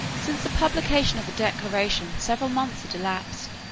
since the publication of the declaration several months had elapsed,